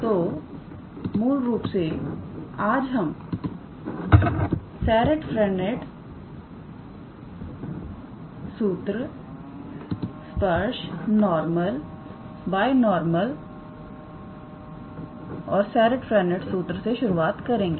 तो मूल रूप से आज हम सेरिट स्पर्श नॉर्मलबायनॉर्मल सेरिट फ्रेंनेट सूत्र से शुरुआत करेंगे